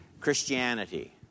Christianity